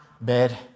bed